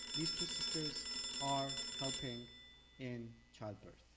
these two sisters are helping in childbirth.